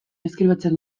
deskribatzen